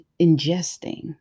ingesting